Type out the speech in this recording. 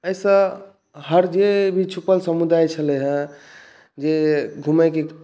एहिसँ हर जे भी छुपल समुदाय छलै हँ जे घुमैके